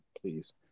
Please